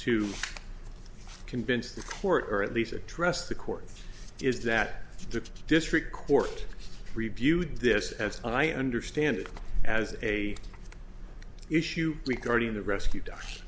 to convince the court or at least address the court is that the district court reviewed this as i understand it as a issue regarding the rescue d